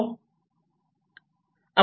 आपण sensor area ठेवू शकतो